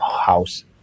house